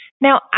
Now